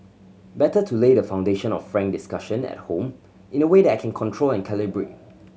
better to lay the foundation of frank discussion at home in a way that I can control and calibrate